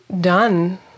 done